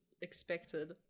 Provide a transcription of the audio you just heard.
expected